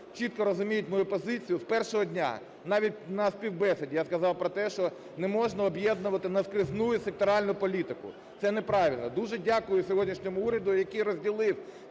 чітко розуміють мою позицію. З першого дня, навіть на співбесіді я сказав про те, що неможна об'єднувати наскрізну і секторальну політику, це неправильно. Дуже дякую сьогоднішньому уряду, який розділив